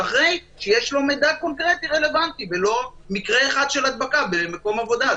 ואחרי שיש לו מידע קונקרטי רלוונטי ולא מקרה אחד של הדבקה במקום עבודה.